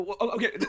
Okay